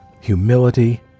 humility